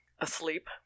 asleep